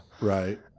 right